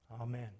Amen